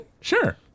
Sure